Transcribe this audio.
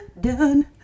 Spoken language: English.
done